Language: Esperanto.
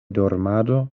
dormado